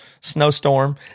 snowstorm